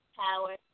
power